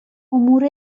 امور